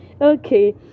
okay